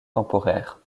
temporaires